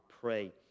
pray